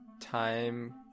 time